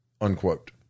unquote